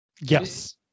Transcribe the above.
Yes